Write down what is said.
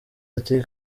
ati